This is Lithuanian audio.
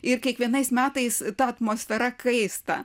ir kiekvienais metais ta atmosfera kaista